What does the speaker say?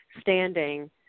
standing